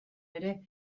ere